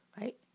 right